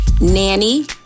nanny